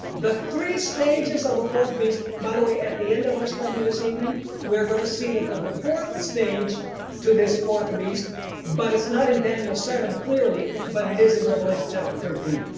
the three stages of the fourth beast by the way. at the end of our study this evening we are gonna see that the fourth stage to this fourth beast but it's not in daniel seven clearly but it is in revelation chapter thirteen.